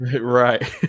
Right